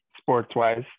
sports-wise